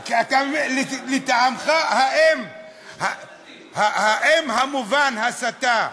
לטעמך, האם המובן "הסתה"